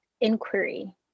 inquiry